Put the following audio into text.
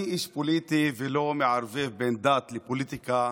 אני איש פוליטי ולא מערבב בין דת לפוליטיקה,